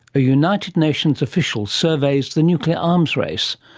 a united nations official surveys the nuclear arms race.